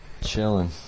chilling